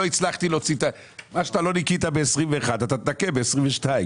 מה שלא ניקית ב-2021, אתה תנקה ב-2022.